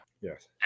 Yes